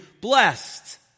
blessed